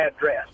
address